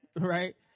right